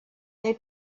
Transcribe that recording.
they